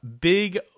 big